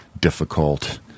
difficult